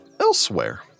Elsewhere